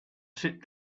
sit